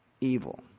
evil